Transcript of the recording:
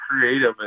creative